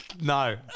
no